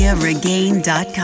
Regain.com